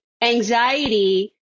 anxiety